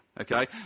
okay